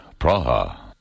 Praha